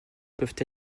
peuvent